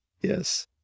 yes